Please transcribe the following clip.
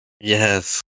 Yes